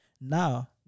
Now